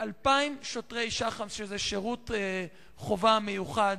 יש 2,000 שוטרי שח"מ, שירות חובה במשטרה,